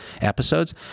episodes